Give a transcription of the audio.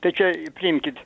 tai čia priimkit